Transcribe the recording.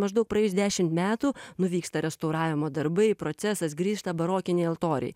maždaug praėjus dešimt metų nu vyksta restauravimo darbai procesas grįžta barokiniai altoriai